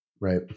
Right